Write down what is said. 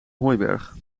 hooiberg